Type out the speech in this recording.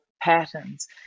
patterns